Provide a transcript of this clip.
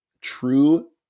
true